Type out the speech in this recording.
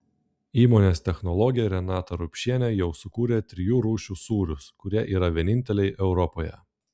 įmonės technologė renata rupšienė jau sukūrė trijų rūšių sūrius kurie yra vieninteliai europoje